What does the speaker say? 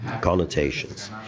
connotations